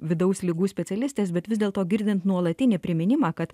vidaus ligų specialistės bet vis dėlto girdint nuolatinį priminimą kad